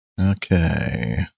Okay